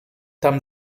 tam